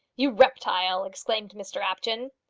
you reptile! exclaimed mr apjohn.